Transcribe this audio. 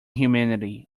humanity